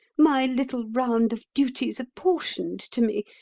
my little round of duties apportioned to me,